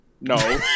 No